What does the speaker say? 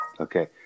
Okay